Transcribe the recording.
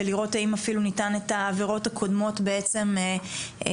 ולראות האם אפילו ניתן את העבירות הקודמות בעצם לבטל,